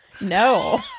no